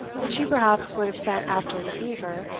which he perhaps would have sent after the beaver,